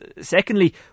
secondly